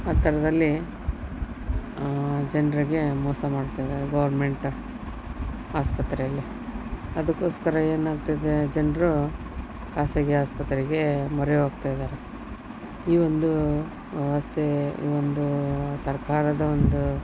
ಆ ಥರದಲ್ಲಿ ಜನರಿಗೆ ಮೋಸ ಮಾಡ್ತಾಯಿದಾರೆ ಗೌರ್ಮೆಂಟು ಆಸ್ಪತ್ರೆಯಲ್ಲಿ ಅದಕ್ಕೋಸ್ಕರ ಏನಾಗ್ತಿದೆ ಜನರು ಖಾಸಗಿ ಆಸ್ಪತ್ರೆಗೆ ಮೊರೆ ಹೋಗ್ತಾಯಿದಾರೆ ಈ ಒಂದು ವ್ಯವಸ್ಥೆ ಈ ಒಂದು ಸರ್ಕಾರದ ಒಂದು